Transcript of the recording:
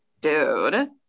dude